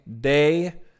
day